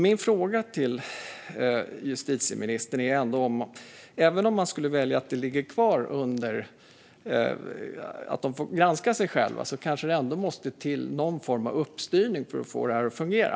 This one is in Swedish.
Min fråga till justitieministern är: Måste det inte till någon form av uppstyrning, även om de får granska sig själva, för att få det här att fungera?